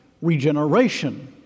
regeneration